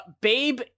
Babe